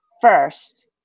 first